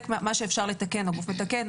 מה שאפשר לתקן, הגוף מתקן.